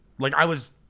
like i was,